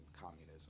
communism